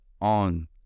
on